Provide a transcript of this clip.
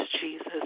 Jesus